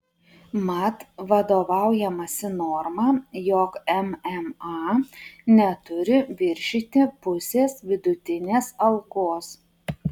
mat vadovaujamasi norma jog mma neturi viršyti pusės vidutinės algos